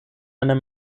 einer